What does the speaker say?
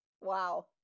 Wow